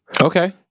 Okay